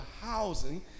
housing